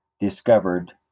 discovered